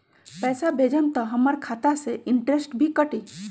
पैसा भेजम त हमर खाता से इनटेशट भी कटी?